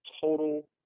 total